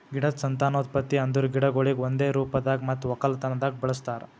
ಗಿಡದ್ ಸಂತಾನೋತ್ಪತ್ತಿ ಅಂದುರ್ ಗಿಡಗೊಳಿಗ್ ಒಂದೆ ರೂಪದಾಗ್ ಮತ್ತ ಒಕ್ಕಲತನದಾಗ್ ಬಳಸ್ತಾರ್